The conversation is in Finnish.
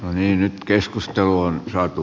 on myynyt keskustelu on saatu